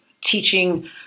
teaching